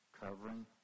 covering